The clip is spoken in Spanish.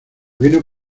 vino